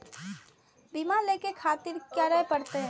बीमा लेके खातिर की करें परतें?